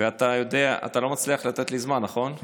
אתה לא מצליח לתת לי זמן, נכון?